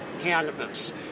cannabis